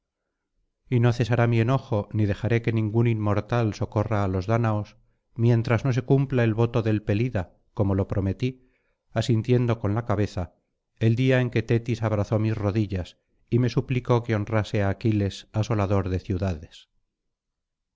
y no cesará mi enojo ni dejaré que ningún inmortal socorra á los dáñaos mientras no se cumpla el voto del pelida como lo prometí asintiendo con la cabeza el día en que tetis abrazó mis rodillas y me suplicó que honrase á aquiles asolador de ciudades